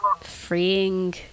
freeing